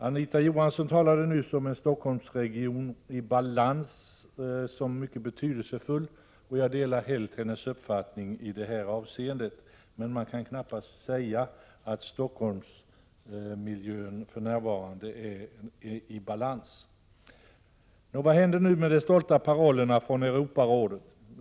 Anita Johansson talade nyss om en Stockholmsregion i balans som mycket betydelsefull. Jag delar helt hennes uppfattning i det här avseendet. Men man kan knappast säga att Stockholmsmiljön för närvarande är i balans. Nå, vad hände nu med de stolta parollerna från Europarådet?